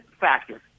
factor